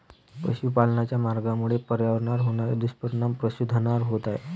पशुपालनाच्या मार्गामुळे पर्यावरणावर होणारे दुष्परिणाम पशुधनावर होत आहेत